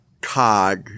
cog